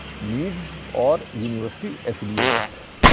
needs or university affiliations.